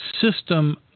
system